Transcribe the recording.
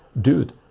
dude